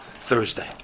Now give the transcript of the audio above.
Thursday